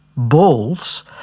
bulls